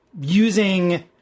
using